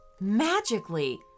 Magically